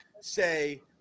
say